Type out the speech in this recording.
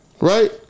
Right